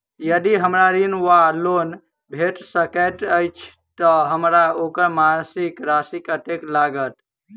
यदि हमरा ऋण वा लोन भेट सकैत अछि तऽ हमरा ओकर मासिक राशि कत्तेक लागत?